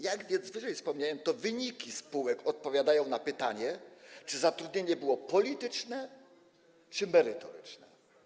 Jak więc wcześniej wspomniałem, to wyniki spółek odpowiadają na pytanie, czy zatrudnienie było polityczne, czy merytoryczne.